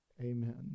amen